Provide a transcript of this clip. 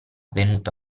venuto